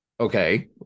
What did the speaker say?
Okay